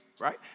Right